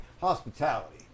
hospitality